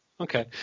Okay